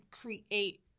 create